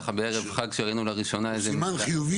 בערב חג שראינו לראשונה --- סימן חיובי